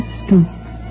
stoops